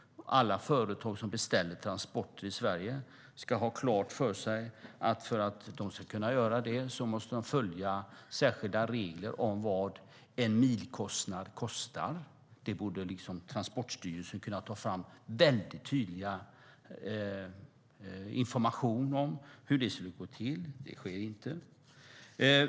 Alla företag som beställer transporter i Sverige ska ha klart för sig att de måste följa särskilda regler om milkostnad för att kunna göra det. Transportstyrelsen borde kunna ta fram tydlig information om hur det skulle gå till, men det sker inte.